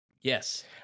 Yes